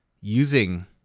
using